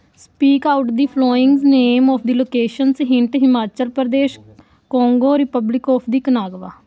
speak out the followings name of the location hint Himachal Pradesh ਕੋਗੋ republic of the Kanagawa